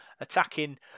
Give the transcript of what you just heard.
attacking